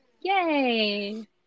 Yay